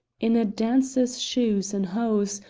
in a dancer's shoes and hose,